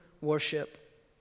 worship